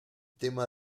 tema